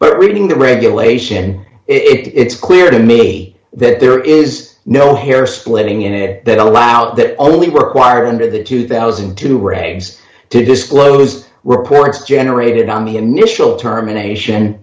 but reading the regulation it is clear to me that there is no hair splitting in it that allows that only work wired under the two thousand and two raves to disclose reports generated on the initial termination